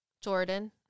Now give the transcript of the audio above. Jordan